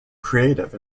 creative